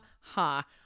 ha